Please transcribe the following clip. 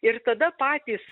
ir tada patys